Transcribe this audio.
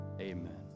Amen